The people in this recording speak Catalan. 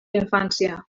infància